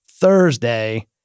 Thursday